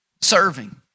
Serving